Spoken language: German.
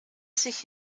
sich